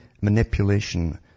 manipulation